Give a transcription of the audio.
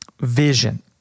vision